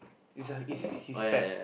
it's a is his fan